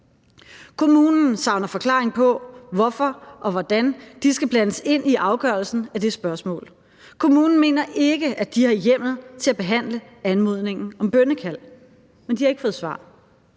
Kommunen savner forklaring på, hvorfor og hvordan de skal blandes ind i afgørelsen af det spørgsmål. Kommunen mener ikke, at de har hjemmel til at behandle anmodningen om bønnekald, men de har ikke fået svar.